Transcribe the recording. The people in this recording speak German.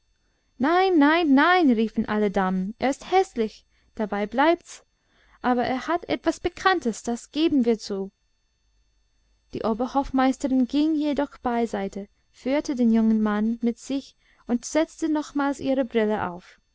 nein nein nein riefen alle damen er ist häßlich dabei bleibt's aber er hat etwas pikantes das geben wir zu die oberhofmeisterin ging jedoch beiseite führte den jungen mann mit sich und setzte nochmals ihre brille auf